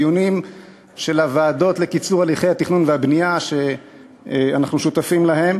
בדיונים של הוועדות לקיצור הליכי התכנון והבנייה שאנחנו שותפים להן,